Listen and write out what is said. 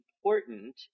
important